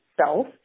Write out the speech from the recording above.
self